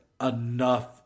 enough